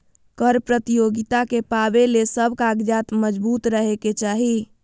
कर प्रतियोगिता के पावे ले सब कागजात मजबूत रहे के चाही